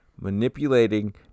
manipulating